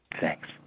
Thanks